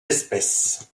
espèces